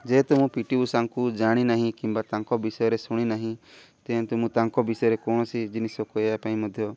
ଯେହେତୁ ମୁଁ P T ଓଷାଙ୍କୁ ଜାଣି ନାହିଁ କିମ୍ବା ତାଙ୍କ ବିଷୟରେ ଶୁଣି ନାହିଁ ତେଣୁ ମୁଁ ତାଙ୍କ ବିଷୟରେ କୌଣସି ଜିନିଷ କହିବା ପାଇଁ ମଧ୍ୟ